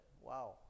Wow